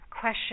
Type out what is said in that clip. question